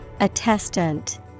Attestant